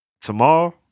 tomorrow